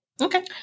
Okay